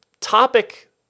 topic